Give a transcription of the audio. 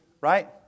right